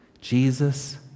Jesus